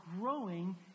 growing